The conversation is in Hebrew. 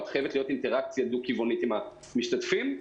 חייבת להיות אינטראקציה דו-כיוונית עם המשתתפים,